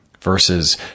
Verses